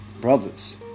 Brothers